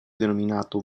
denominato